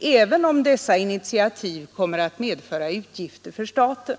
även om dessa initiativ kommer att medföra utgifter för staten.